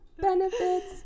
benefits